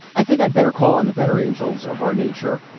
i think i'd better call on the better angels of our nature.